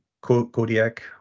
kodiak